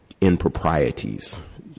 improprieties